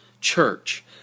church